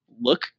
look